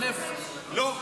אל"ף --- לא.